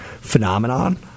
phenomenon